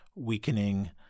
weakening